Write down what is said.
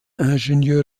ingenieur